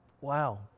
Wow